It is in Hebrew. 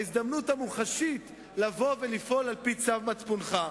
את ההזדמנות המוחשית לפעול על-פי צו מצפונך.